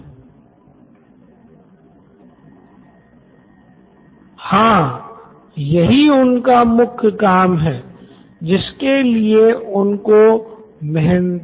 Siddharth Maturi CEO Knoin electronics digital content एक online सेवा की तरह है जिसमे छात्रों के लिए कई विकल्प मौजूद हैं